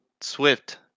Swift